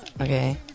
Okay